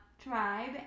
tribe